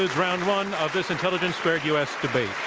ah round one of this intelligence squared u. s. debate,